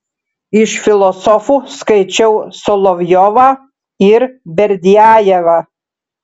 iš filosofų skaičiau solovjovą ir berdiajevą